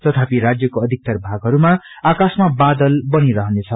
तथापि राज्यको अधिकतर भागहरूमा आकाशमा बादल बनिरहने छ